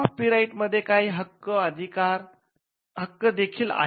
कॉपीराइटमध्ये काही हक्क अधिकार देखील आहेत